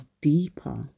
deeper